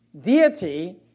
deity